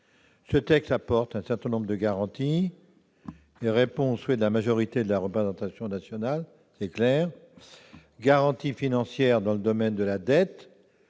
Ce texte apporte un certain nombre de garanties. Il est clair qu'il répond au souhait de la majorité de la représentation nationale : garanties financières dans le domaine de la dette,